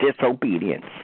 disobedience